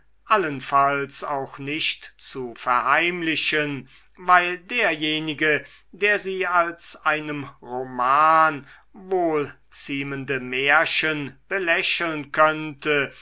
allenfalls auch nicht zu verheimlichen weil derjenige der sie als einem roman wohl ziemende märchen belächeln könnte